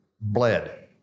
bled